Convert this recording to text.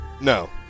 No